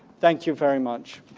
thanks you very much.